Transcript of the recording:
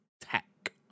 tech